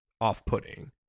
off-putting